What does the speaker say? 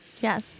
Yes